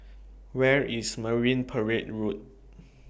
Where IS Marine Parade Road